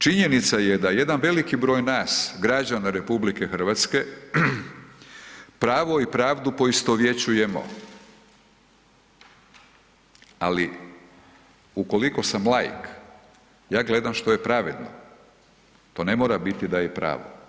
Činjenica je da jedan veliki broj nas građana RH pravo i pravdu poistovjećujemo, ali ukoliko sam laik ja gledam što je pravedno to ne mora biti da je i pravo.